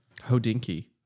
hodinky